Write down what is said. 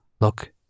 look